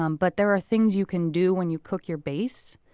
um but there are things you can do when you cook your base,